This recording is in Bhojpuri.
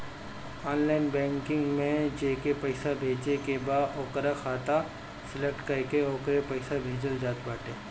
ऑनलाइन बैंकिंग में जेके पईसा भेजे के बा ओकर खाता सलेक्ट करके ओके पईसा भेजल जात बाटे